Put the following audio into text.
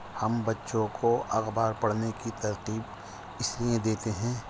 ہم بچوں کو اخبار پڑھنے کی ترتیب اس لیے دیتے ہیں